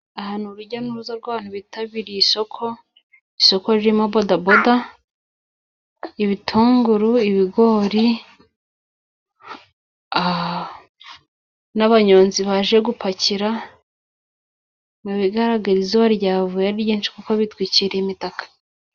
Ahantu urujya n'uruza rw'abantu bitabiriye isoko isoko ririmo bodaboda, ibitunguru, ibigori n'abanyonzi baje gupakira mu bigaragara izuba ryavuye Ari ryinshi kuko bitwikiriye imitaka.